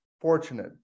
fortunate